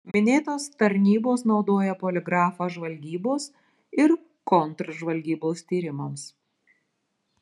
minėtos tarnybos naudoja poligrafą žvalgybos ir kontržvalgybos tyrimams